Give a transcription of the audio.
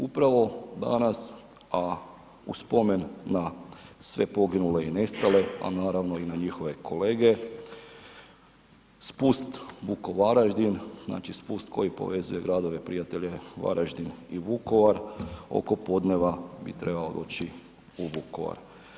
Upravo danas, a u spomen na sve poginule i nestale, a naravno i na njihove kolege spust VukoVaraždin znači spust koji povezuje gradove prijatelje Varaždin i Vukovar oko podneva bi trebao doći u Vukovar.